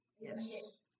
Yes